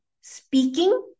speaking